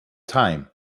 time